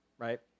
right